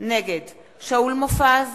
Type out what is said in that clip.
נגד שאול מופז,